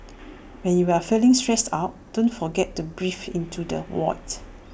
when you are feeling stressed out don't forget to breathe into the void